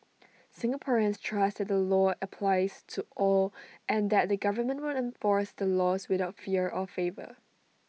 Singaporeans trust that the law applies to all and that the government will enforce the laws without fear or favour